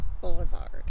Boulevard